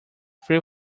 few